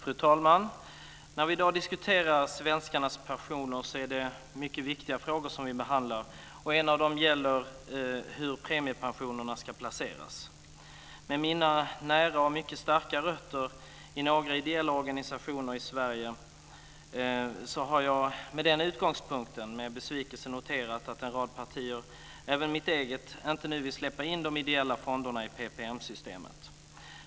Fru talman! När vi i dag diskuterar svenskarnas pensioner är det mycket viktiga frågor som vi behandlar. En av dem gäller hur premiepensionerna ska placeras. Med utgångspunkt från mina nära och mycket starka rötter i några ideella organisationer i Sverige har jag med besvikelse noterat att en rad partier, även mitt eget, inte nu vill släppa in de ideella fonderna i PPM-systemet.